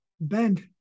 bend